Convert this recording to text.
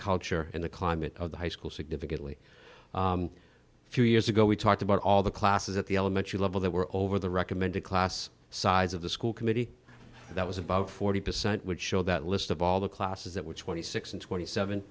culture and the climate of the high school significantly few years ago we talked about all the classes at the elementary level that were over the recommended class size of the school committee that was about forty percent would show that list of all the classes that were twenty six and twenty seven